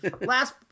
last